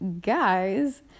Guys